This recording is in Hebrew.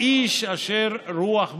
איש אשר רוח בו.